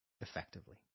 Effectively